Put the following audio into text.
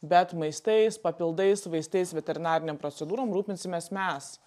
bet maistais papildais vaistais veterinarinėm procedūrom rūpinsimės mes